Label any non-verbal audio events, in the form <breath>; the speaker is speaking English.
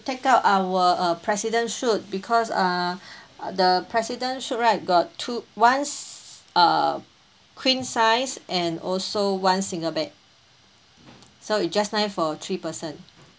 take up our uh president suite because err <breath> the president suite right got two one uh queen size and also one single bed so it just nice for three person